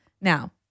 Now